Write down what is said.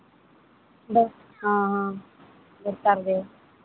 ᱦᱚᱸ ᱦᱚᱸ ᱫᱚᱨᱠᱟᱨ ᱜᱮ